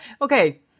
Okay